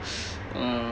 uh